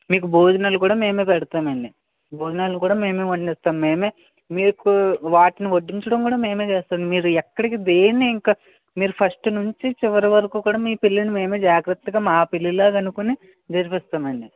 మీకు భోజనాలు కూడా మేమే పెడతామండి భోజనాలు కూడా మేమే వండిస్తాం మేమే మీకు వాటిని వడ్డించడం కూడా మేమే చేస్తాం మీరు ఎక్కడికి దేన్నీ ఇంకా మీరు ఫస్ట్ నుంచి చివరి వరకు కూడా మీ పెళ్ళిని మేమే జాగ్రత్తగా మా పెళ్ళిలాగ అనుకుని జరిపిస్తామండి